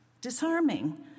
Disarming